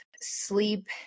sleep